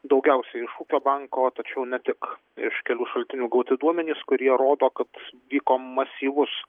daugiausia iš ūkio banko tačiau ne tik iš kelių šaltinių gauti duomenys kurie rodo kad vyko masyvus